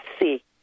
see